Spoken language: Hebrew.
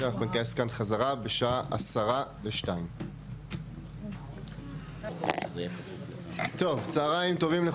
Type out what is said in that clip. אנחנו נתכנס כאן בחזרה בשעה 13:50. (הישיבה